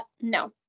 No